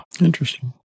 Interesting